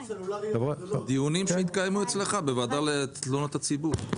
דיונים שהתקיימו אצלך בוועדה לתלונות הציבור.